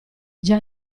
già